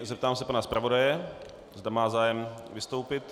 Zeptám se pana zpravodaje, zda má zájem vystoupit.